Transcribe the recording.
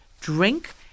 drink